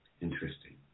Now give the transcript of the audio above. Interesting